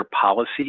policy